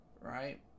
Right